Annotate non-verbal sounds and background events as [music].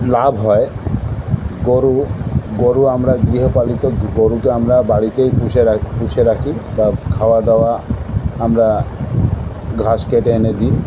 লাভ হয় গরু গরু আমরা গৃহপালিত গরুকে আমরা বাড়িতেই পুষে [unintelligible] পুষে রাখি তা খাওয়া দাওয়া আমরা ঘাস কেটে এনে দিই